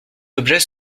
objets